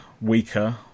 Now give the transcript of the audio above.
weaker